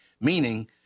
meaning